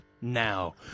now